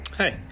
Hi